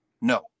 No